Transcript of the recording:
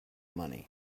money